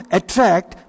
attract